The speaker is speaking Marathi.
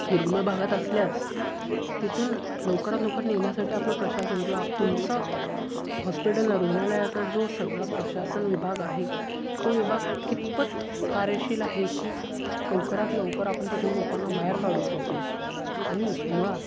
दुर्गम भागात असल्यास तिथून लवकरात लवकर निघण्यासाठी आपलं प्रशासन किंवा आप तुमचं हॉस्पिटल रुग्णालयाचा जो सगळा प्रशासन विभाग आहे तो विभाग कितपत कार्यशील आहे की लवकरात लवकर आपण तिथून लोकांना बाहेर काढू शकू आणि मुळात